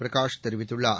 பிரகாஷ் தெரிவித்துள்ளார்